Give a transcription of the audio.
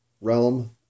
realm